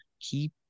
keep